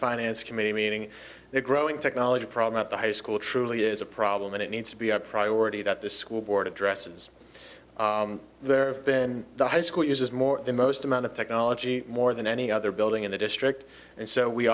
finance committee meeting the growing technology problem at the high school truly is a problem and it needs to be a priority that the school board addresses there have been the high school uses more the most amount of technology more than any other building in the district and so we